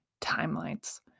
timelines